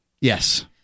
Yes